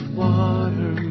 water